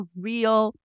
real